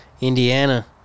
Indiana